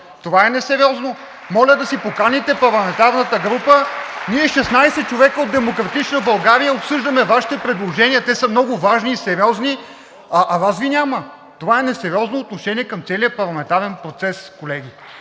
България“.) Моля да си поканите парламентарната група! Ние 16 човека от „Демократична България“ обсъждаме Вашите предложения, те са много важни и сериозни, а Вас Ви няма! Това е несериозно отношение към целия парламентарен процес, колеги!